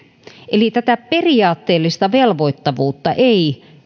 eli tätä periaatteellista velvoittavuutta ei